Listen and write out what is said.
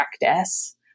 practice